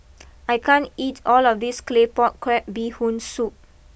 I can't eat all of this Claypot Crab Bee Hoon Soup